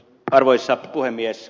arvoisa puhemies